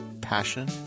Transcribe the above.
passion